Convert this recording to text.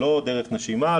זה לא דרך נשימה,